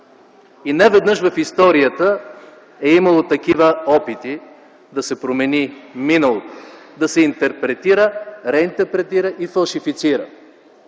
и неведнъж в историята е имало такива опити да се промени миналото, да се интерпретира, реинтерпретира и фалшифицира.